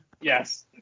Yes